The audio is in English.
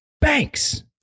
banks